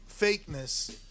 fakeness